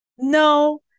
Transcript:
no